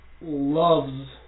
loves